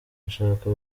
gushaka